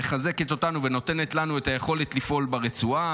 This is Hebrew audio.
שמחזקת אותנו ונותנת לנו את היכולת לפעול ברצועה